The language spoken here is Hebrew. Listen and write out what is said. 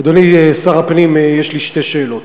אדוני שר הפנים, יש לי שתי שאלות.